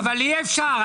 אבל אי אפשר.